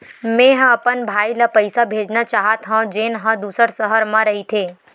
मेंहा अपन भाई ला पइसा भेजना चाहत हव, जेन हा दूसर शहर मा रहिथे